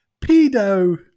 Pedo